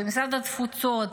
במשרד התפוצות?